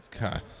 God